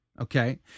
Okay